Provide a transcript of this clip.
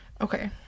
Okay